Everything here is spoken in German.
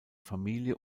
familie